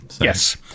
yes